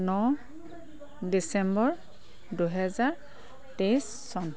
ন December দুহেজাৰ তেইছ চন